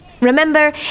Remember